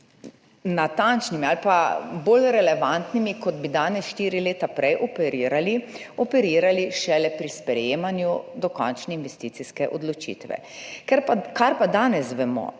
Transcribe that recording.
natančnimi ali pa bolj relevantnimi, kot bi danes štiri leta prej operirali, operirali šele pri sprejemanju dokončne investicijske odločitve. Kar pa danes vemo